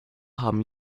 haben